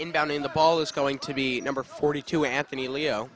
in down in the ball is going to be number forty two anthony leo